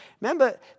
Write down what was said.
Remember